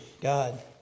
God